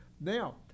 now